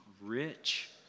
rich